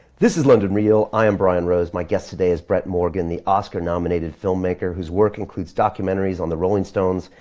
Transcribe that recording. this is london real, i am brian rose. my guest today is brett morgen, the oscar nominated filmmaker whose work includes documentaries on the rolling stones,